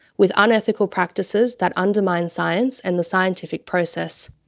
with unethical practices that undermine science and the scientific process.